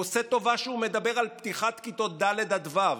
והוא עושה טובה שהוא מדבר על פתיחת כיתות ד' עד ו'.